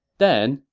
then,